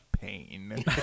pain